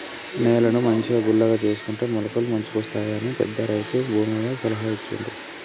నేలను మంచిగా గుల్లగా చేసుకుంటే మొలకలు మంచిగొస్తాయట అని పెద్ద రైతు భూమయ్య సలహా ఇచ్చిండు